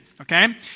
okay